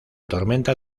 tormenta